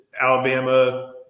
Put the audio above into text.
Alabama